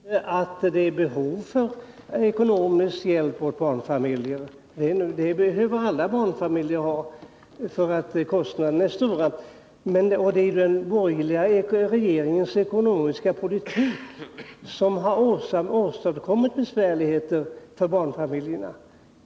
Herr talman! Jag bestrider inte att det föreligger behov av ekonomisk hjälp åt barnfamiljer. Alla barnfamiljer behöver hjälp, för kostnaderna är stora. Och det är ju den borgerliga regeringens ekonomiska politik som har åstadkommit besvärligheter för barnfamiljerna.